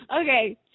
Okay